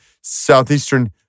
southeastern